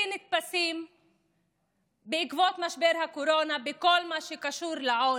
נתפסים בעקבות משבר הקורונה בכל מה שקשור לעוני,